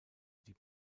die